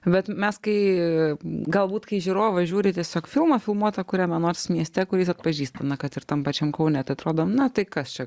bet mes kai galbūt kai žiūrovas žiūri tiesiog filmą filmuotą kuriame nors mieste kurį jis atpažįsta na kad ir tam pačiam kaune tai atrodo na tai kas čia